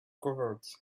covered